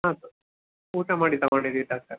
ಹಾಂ ಸರ್ ಊಟ ಮಾಡಿ ತೊಗೊಂಡಿದ್ದೆ ಡಾಕ್ಟರ್